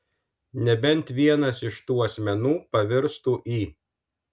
nebent vienas iš tų asmenų pavirstų į